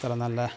അത്ര നല്ല